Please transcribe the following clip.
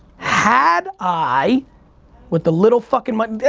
had i with the little fucking money,